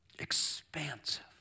Expansive